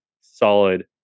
solid